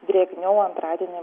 drėgniau antradienio